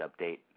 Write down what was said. update